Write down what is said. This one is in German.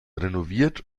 renoviert